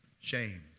shame